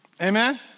Amen